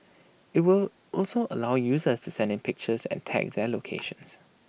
IT would also allow users to send in pictures and tag their locations